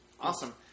awesome